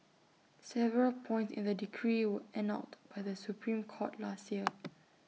several points in the decree were annulled by the Supreme court last year